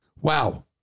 Wow